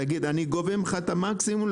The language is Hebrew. תגיד: אני גובה ממך את המקסימום.